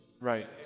Right